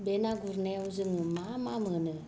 बे ना गुरनायाव जोङो मा मा मोनो